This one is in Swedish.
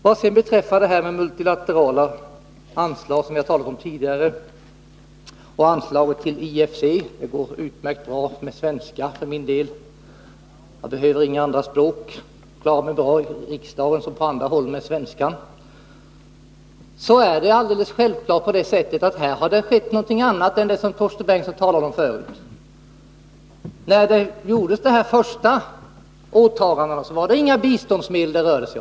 Vad sedan beträffar multilaterala anslag, som vi har talat om tidigare, och anslaget till IFC — det går utmärkt bra med svenska för min del, jag behöver inga andra språk; jag klarar mig bra i riksdagen som på andra håll med svenska — så är det alldeles självklart att här har skett någonting annat än det Torsten Bengtson talade om förut. När de första åtagandena gjordes rörde det sig inte om några biståndsmedel.